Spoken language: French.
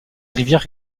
rivière